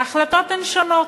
וההחלטות הן שונות.